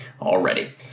already